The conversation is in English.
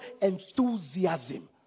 enthusiasm